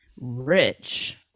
rich